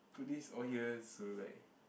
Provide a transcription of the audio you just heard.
they put this all here so like